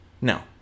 No